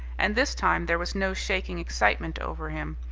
and this time there was no shaking excitement over him.